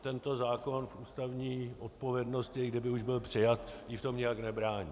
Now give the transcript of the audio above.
Tento zákon ústavní odpovědnosti, i kdyby už byl přijat, jí v tom nijak nebrání.